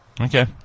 Okay